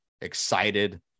excited